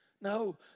No